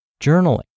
journaling